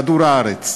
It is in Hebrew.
כדור-הארץ.